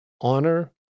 honor